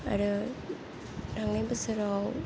आरो थांनाय बोसोराव